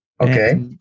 Okay